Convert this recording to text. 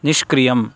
निष्क्रियम्